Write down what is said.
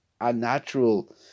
unnatural